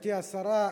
גברתי השרה,